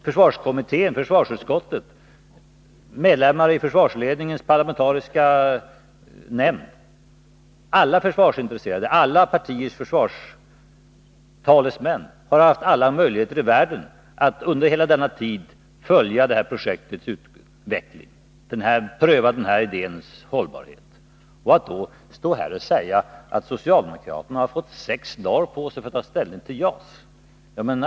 Försvarskommittén, försvarsutskottet, medlemmar i militärledningens rådgivande nämnd, andra försvarsintresserade och samtliga partiers försvarstalesmän har haft alla möjligheter i världen att under hela denna tid följa projektets utveckling; att pröva den här idéns hållbarhet. Då står man här och säger att socialdemokraterna har fått sex dagar på sig för att ta ställning till JAS.